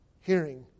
hearing